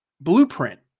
blueprint